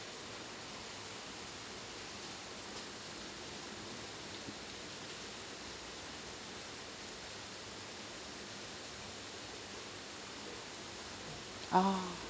orh